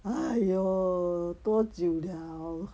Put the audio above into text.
!haiyo! 多久了